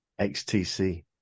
XTC